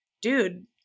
dude